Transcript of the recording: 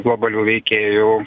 globalių veikėjų